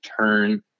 turn